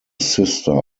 sister